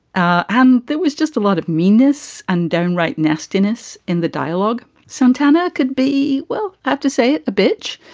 ah and there was just a lot of meanness and downright nastiness in the dialogue. santana could be. well, i have to say it, a bitch.